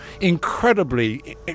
incredibly